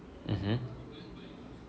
mmhmm